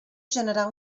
generar